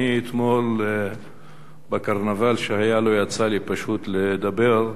אתמול, בקרנבל שהיה, לא יצא לי פשוט לדבר,